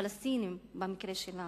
הפלסטינים במקרה שלנו,